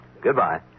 Goodbye